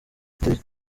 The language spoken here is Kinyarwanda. uteye